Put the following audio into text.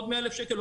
עוד 100,000 שקל,